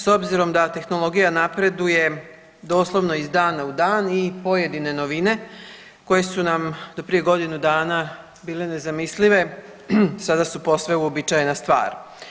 S obzirom da tehnologija napreduje doslovno iz dana u dan i pojedine novine koje su nam do prije godinu dana bile nezamislive sada su posve uobičajena stvar.